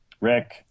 Rick